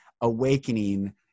awakening